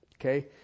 Okay